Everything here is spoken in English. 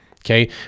Okay